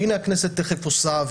והנה הכנסת תכף עושה,